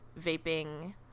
vaping